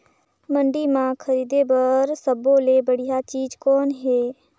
मंडी म खरीदे बर सब्बो ले बढ़िया चीज़ कौन हे?